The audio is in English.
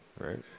right